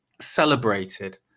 celebrated